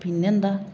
പിന്നെ എന്താണ്